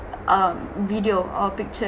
um video or pictures